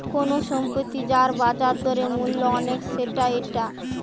কুনু সম্পত্তি যার বাজার দরে মূল্য অনেক সেটা এসেট